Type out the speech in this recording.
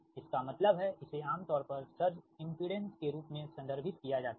इसका मतलब है इसे आमतौर पर सर्ज इमपिडेंस के रूप में संदर्भित किया जाता है